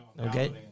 Okay